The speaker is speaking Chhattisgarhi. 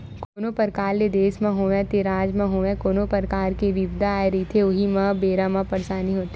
कोनो परकार ले देस म होवय ते राज म होवय कोनो परकार के बिपदा आए रहिथे उही बेरा म परसानी होथे